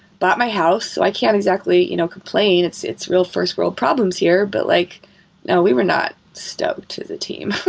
bought my house, so i can't exactly you know complain. it's it's real first-world problems here. but like no, we we were not stoked as a team.